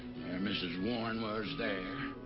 mrs. warren was there.